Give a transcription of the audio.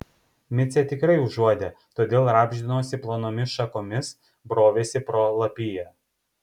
micė tikrai užuodė todėl rabždinosi plonomis šakomis brovėsi pro lapiją